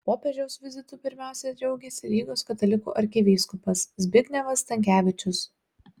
popiežiaus vizitu pirmiausia džiaugėsi rygos katalikų arkivyskupas zbignevas stankevičius